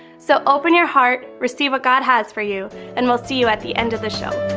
so open your heart, receive what god has for you and we'll see you at the end of the show.